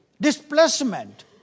Displacement